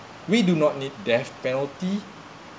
we do not need death penalty